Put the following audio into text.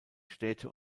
städte